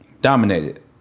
dominated